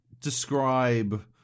describe